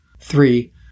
Three